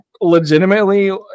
legitimately